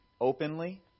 openly